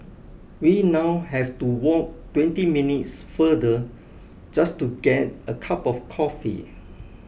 we now have to walk twenty minutes farther just to get a cup of coffee